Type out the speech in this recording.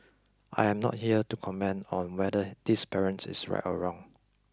I am not here to comment on whether this parent is right or wrong